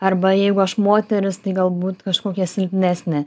arba jeigu aš moteris tai galbūt kažkokia silpnesnė